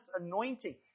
anointing